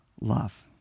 love